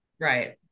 right